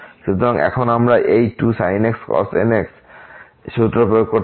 সুতরাং এখন আমরা এই 2sin x cos nx সূত্র প্রয়োগ করতে পারি